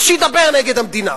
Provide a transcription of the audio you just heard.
אז שידבר נגד המדינה.